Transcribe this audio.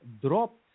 dropped